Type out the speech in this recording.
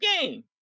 game